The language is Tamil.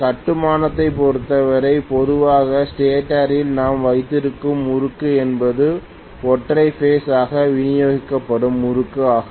கட்டுமானத்தைப் பொருத்தவரை பொதுவாக ஸ்டேட்டரில் நாம் வைத்திருக்கும் முறுக்கு என்பது ஒற்றை பேஸ் ஆக விநியோகிக்கப்படும் முறுக்கு ஆகும்